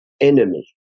enemy